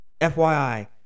FYI